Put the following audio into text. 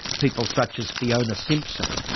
people such as fiona simpson,